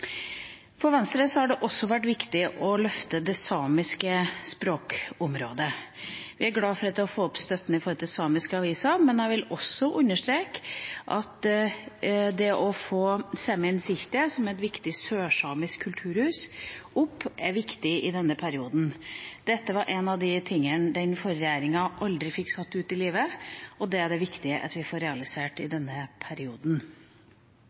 For Venstre har det også vært viktig å løfte det samiske språkområdet. Vi er glad for å få opp støtten til samiske aviser, men jeg vil også understreke at det å få opp Saemien Sitje, som er et viktig sørsamisk kulturhus, er viktig i denne perioden. Dette er en av de tingene som den forrige regjeringa aldri fikk satt ut i livet. Det må vi få realisert i denne perioden.